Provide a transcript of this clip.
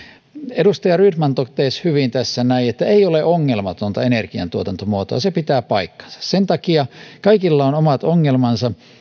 edustaja rydman totesi hyvin että ei ole ongelmatonta energiantuotantomuotoa se pitää paikkansa kaikilla on omat ongelmansa